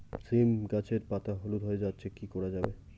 সীম গাছের পাতা হলুদ হয়ে যাচ্ছে কি করা যাবে?